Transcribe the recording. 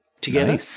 together